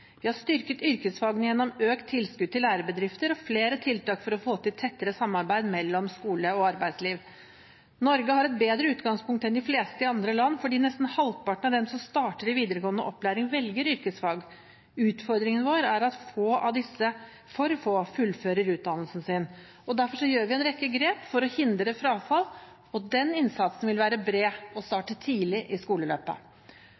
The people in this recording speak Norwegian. Vi har styrket yrkesfagene gjennom økt tilskudd til lærebedrifter og flere tiltak for å få til et tettere samarbeid mellom skole og arbeidsliv. Norge har et bedre utgangspunkt enn de fleste andre land fordi nesten halvparten av dem som starter i videregående opplæring, velger yrkesfag. Utfordringen vår er at for få av disse fullfører utdannelsen sin. Derfor tar vi en rekke grep for å hindre frafall, og den innsatsen vil være bred